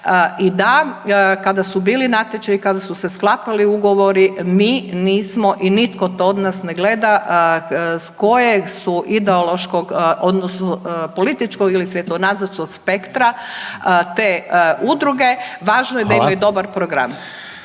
I da kada su bili natječaji, kada su se sklapali ugovori mi nismo i nitko to od nas ne gleda s koje su ideološkog odnosno političkog ili svjetonazorskog spektra te udruge, važno je da imaju dobar program.